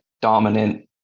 dominant